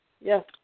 Yes